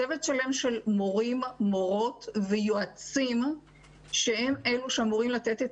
צוות שלם של מורים ומורות ויועצים שהם אלה שאמורים לתת את